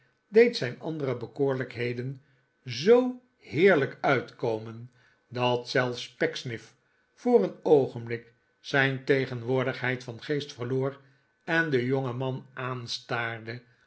deed zijn andere bekoorlijkheden zoo heerlijk uitkomen dat zelfs pecksniff voor een oogenblik zijn tegenwoordigheid van geest verloor en den jongeman aanstaarde